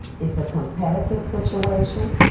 it's a competitive situation.